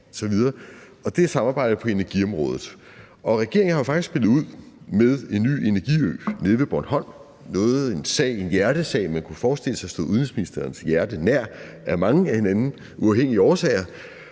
det er samarbejdet på energiområdet. Regeringen har jo faktisk spillet ud med en ny energiø nede ved Bornholm – en sag, man kunne forestille sig stod udenrigsministerens hjerte nær af mange af hinanden uafhængige årsager.